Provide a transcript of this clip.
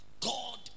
God